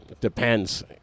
Depends